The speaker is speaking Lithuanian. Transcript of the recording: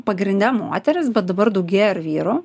pagrinde moterys bet dabar daugėja ir vyrų